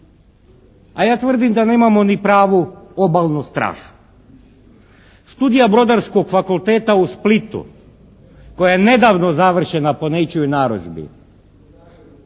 a ja tvrdim da nemamo ni pravu obalnu stražu. Studija Brodarskog fakulteta u Splitu koja je nedavno završena po nečijoj narudžbi.